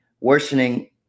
worsening